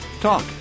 Talk